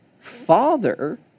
father